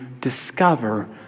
discover